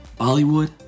Bollywood